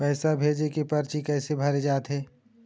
पैसा भेजे के परची कैसे भरे जाथे?